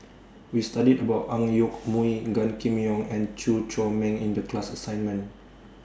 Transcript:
We studied about Ang Yoke Mooi Gan Kim Yong and Chew Chor Meng in The class assignment